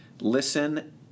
Listen